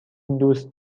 دوست